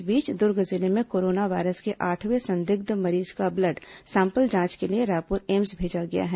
इस बीच दुर्ग जिले में कोरोना वायरस के आठवें संदिग्ध मरीज का ब्लड सैंपल जांच के लिए रायपुर एम्स भेजा गया है